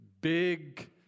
big